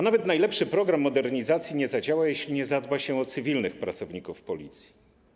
Nawet najlepszy program modernizacji nie zadziała, jeśli nie zadba się o cywilnych pracowników Policji.